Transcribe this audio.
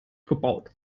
gebaut